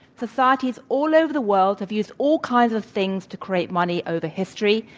societies all over the world have used all kinds of things to create money over history.